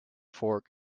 fork